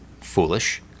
foolish